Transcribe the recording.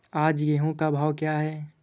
आज गेहूँ का भाव क्या है?